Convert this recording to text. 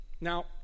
Now